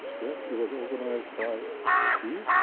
yeah it was organized by gee.